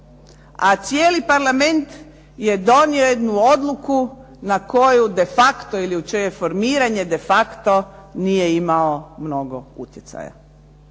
a cijeli parlament je donio jednu odluku na koju defacto ili na čije formiranje defacto nije imao mnogo utjecaja.